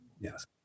Yes